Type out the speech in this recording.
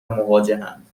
مواجهاند